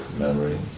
memory